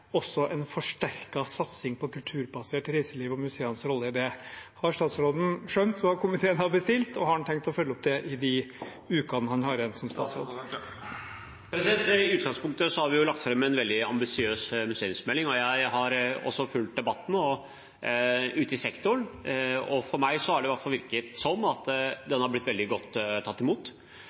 også en forsterket satsing på kulturbasert reiseliv og museenes rolle i det. Har statsråden skjønt hva komiteen har bestilt, og har han tenkt å følge det opp i de ukene han har igjen som statsråd? I utgangspunktet har vi lagt fram en veldig ambisiøs museumsmelding. Jeg har også fulgt debatten ute i sektoren, og for meg har det i hvert fall virket som den har blitt veldig godt tatt imot.